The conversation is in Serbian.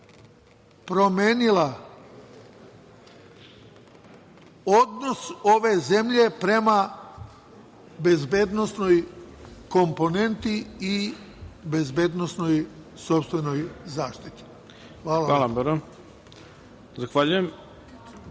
promenila odnos ove zemlje prema bezbednosnoj komponenti i bezbednosnoj sopstvenoj zaštiti. Hvala.